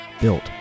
built